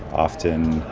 often